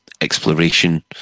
exploration